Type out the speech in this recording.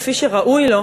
כפי שראוי לו,